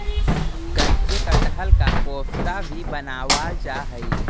कच्चे कटहल का कोफ्ता भी बनावाल जा हई